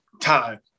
time